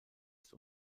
ist